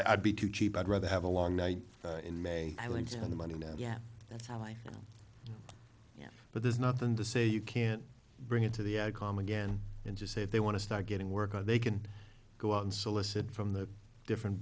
i'd be too cheap i'd rather have a long night in may i like to have the money now yeah that's how i yeah but there's nothing to say you can't bring it to the i calm again and just say they want to start getting work or they can go out and solicit from the different